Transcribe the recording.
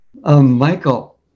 Michael